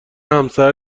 همسر